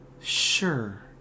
Sure